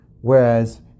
Whereas